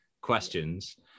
questions